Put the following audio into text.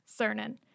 Cernan